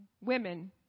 women